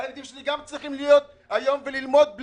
הילדים שלי גם צריכים לחיות היום וללמוד.